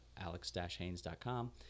alex-haines.com